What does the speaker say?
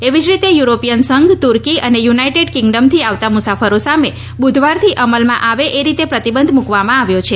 એવી જ રીતે યુરોપિયન સંઘ તુર્કી અને યુનાઇટેડ કિંગ્ડમથી આવતા મુસાફરો સામે બુધવારથી અમલમાં આવે એ રીતે પ્રતિબંધ મૂકવામાં આવ્યો છે